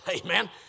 Amen